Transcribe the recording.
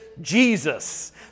Jesus